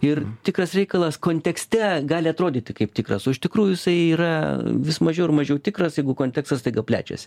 ir tikras reikalas kontekste gali atrodyti kaip tikras o iš tikrųjų jisai yra vis mažiau ir mažiau tikras jeigu kontekstas staiga plečias